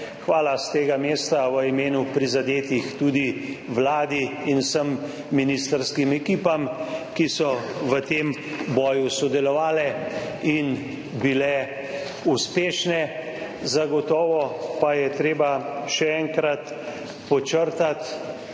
hvala s tega mesta tudi Vladi in vsem ministrskim ekipam, ki so v tem boju sodelovale in bile uspešne. Zagotovo pa je treba še enkrat podčrtati